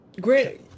great